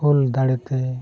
ᱦᱩᱞ ᱫᱟᱲᱮ ᱛᱮ